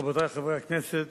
רבותי חברי הכנסת,